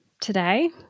today